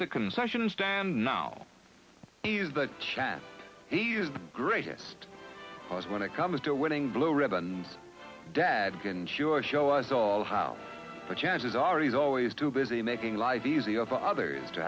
the concession stand now he's the chance he's the greatest cause when it comes to winning blue ribbons dad can sure show us all how the chances are he's always too busy making life easier for others to